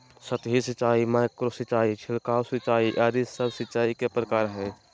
सतही सिंचाई, माइक्रो सिंचाई, छिड़काव सिंचाई आदि सब सिंचाई के प्रकार हय